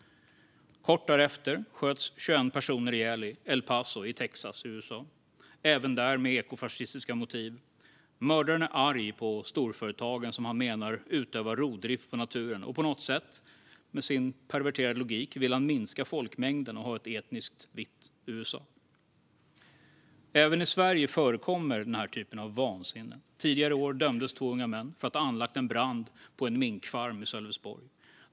Kort därefter sköts 21 personer ihjäl i El Paso i Texas, USA, även där med ekofascistiska motiv. Mördaren var arg på storföretagen, som han menade utövar rovdrift på naturen. På något sätt, med sin perverterade logik, ville han minska folkmängden och ha ett etniskt vitt USA. Även i Sverige förekommer den här typen av vansinne. Tidigare i år dömdes två unga män för att ha anlagt en brand på en minkfarm i Sölvesborg.